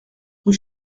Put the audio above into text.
rue